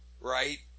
right